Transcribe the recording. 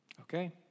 Okay